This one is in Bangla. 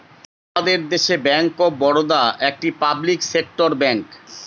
আমাদের দেশে ব্যাঙ্ক অফ বারোদা একটি পাবলিক সেক্টর ব্যাঙ্ক